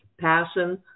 passion